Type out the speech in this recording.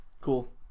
Cool